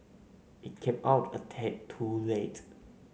it came out a tad too late